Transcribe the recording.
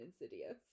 Insidious